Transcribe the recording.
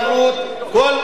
כל שיר השירים,